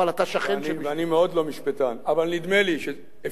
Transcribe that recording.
אני מאוד לא משפטן, אבל נדמה לי שאפשר אולי לומר,